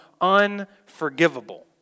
unforgivable